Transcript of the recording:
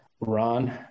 Ron